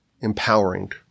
empowering